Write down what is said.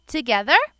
Together